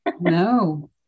No